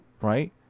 right